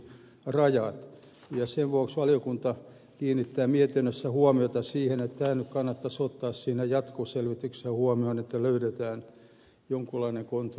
sen vuoksi valiokunta kiinnittää mietinnössä huomiota siihen että tämähän kannattaisi ottaa jatkoselvityksessä huomioon että löydetään jonkinlainen kontrolli